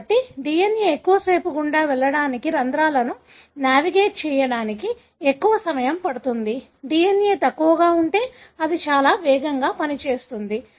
కాబట్టి DNA ఎక్కువసేపు గుండా వెళ్లడానికి రంధ్రాలను నావిగేట్ చేయడానికి ఎక్కువ సమయం పడుతుంది DNA తక్కువగా ఉంటే అది చాలా వేగంగా పని చేస్తుంది